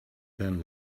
then